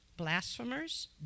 blasphemers